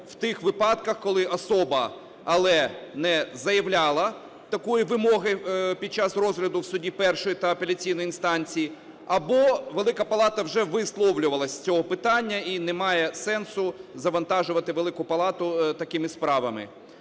по тих випадках, коли особа не заявляла такої вимоги під час розгляду в суді першої та апеляційної інстанції або Велика Палата вже висловлювалась з цього питання, і немає сенсу завантажувати Велику Палату такими справами.